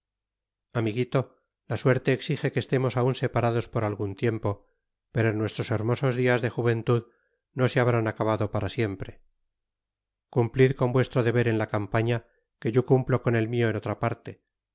amiguito la suerte exige que estemos aun separados por algun tiempo pero nuestros hermosos lias de juventud no se habrán acabado para siempre cumplid con vuestro deber en la campaña que yo cumplo con el mio en otra parte